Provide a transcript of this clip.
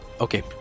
Okay